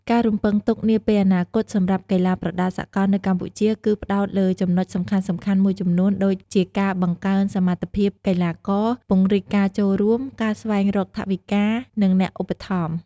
ការរំពឹងទុកនាពេលអនាគតសម្រាប់កីឡាប្រដាល់សកលនៅកម្ពុជាគឺផ្តោតលើចំណុចសំខាន់ៗមួយចំនួនដូចជា ការបង្កើនសមត្ថភាពកីឡាករ ពង្រីកការចូលរួម ការស្វែងរកថវិកា និងអ្នកឧបត្ថម្ភ។